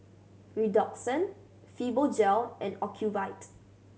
Redoxon Fibogel and Ocuvite